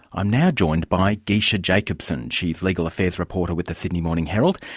i'm now joined by geesche jacobsen. she's legal affairs reporter with the sydney morning herald,